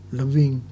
loving